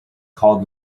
called